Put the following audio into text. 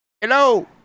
Hello